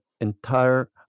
entire